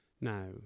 Now